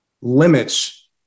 limits